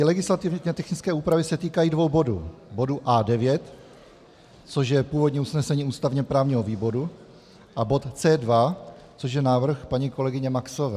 Legislativně technické úpravy se týkají dvou bodů, bodu A9, což je původní usnesení ústavněprávního výboru, a bodu C2, což je návrh paní kolegyně Maxové.